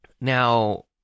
Now